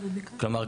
כלומר,